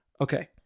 Okay